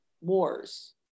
wars